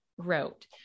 wrote